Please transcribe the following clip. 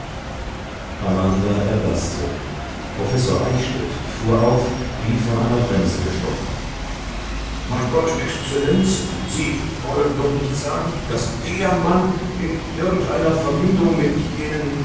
amanda erblaßte professor eichstädt fuhr auf wie von einer bremse gestochen mein gott exzellenz sie wollen doch nicht sagen daß der mann in irgendeiner verbindung mit jenen